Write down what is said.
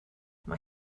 mae